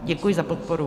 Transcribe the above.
Děkuji za podporu.